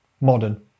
Modern